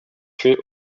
fait